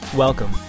Welcome